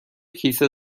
کیسه